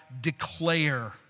declare